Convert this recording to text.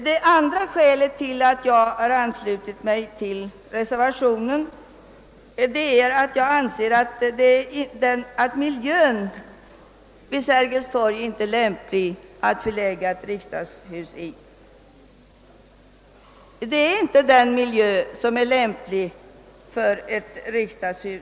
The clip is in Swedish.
Det andra skälet till att jag har anslutit mig till reservationen är att jag anser att miljön vid Sergels torg inte är lämplig för förläggningen av ett riksdagshus. Det är inte en sådan miljö som är lämplig för riksdagens arbete.